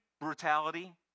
brutality